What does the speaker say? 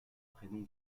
prénom